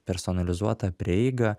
personalizuota prieiga